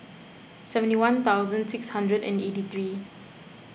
seventy one thousand six hundred and eighty three